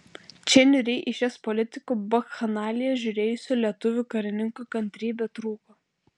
čia niūriai į šias politikų bakchanalijas žiūrėjusių lietuvių karininkų kantrybė trūko